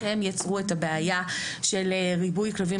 ייתכן שהם יצרו את הבעיה של ריבוי כלבים